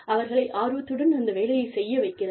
அவர்களை ஆர்வத்துடன் அந்த வேலையை செய்ய வைக்கிறது